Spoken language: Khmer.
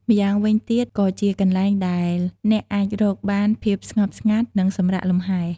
ម្យ៉ាងវិញទៀតក៏ ជាកន្លែងដែលអ្នកអាចរកបានភាពស្ងប់ស្ងាត់ និងសម្រាកលំហែ។